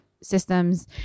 systems